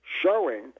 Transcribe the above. showing